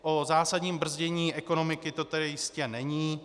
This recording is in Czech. O zásadním brzdění ekonomiky to tedy jistě není.